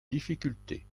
difficultés